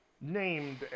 named